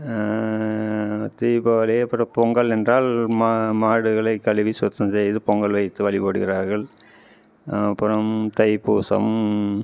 தீபாவளி அப்பறம் பொங்கல் என்றால் மா மாடுகளை கழுவி சுத்தம் செய்து பொங்கல் வைத்து வழிபடுகிறார்கள் அப்புறம் தைப்பூசம்